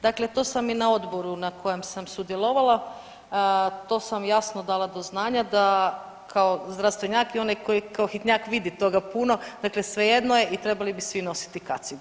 Dakle, to sam i na odboru na kojem sam sudjelovala, to sam jasno dala do znanja da kao zdravstvenjak i onaj koji kao hitnjak vidi toga puno, dakle svejedno je i trebali bi svi nositi kacigu.